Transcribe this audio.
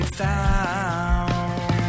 found